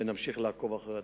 ונמשיך לעקוב אחר הדברים.